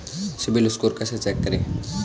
CIBIL score कैसे check करें?